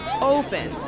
open